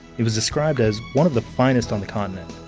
it was described as one of the finest on the continent.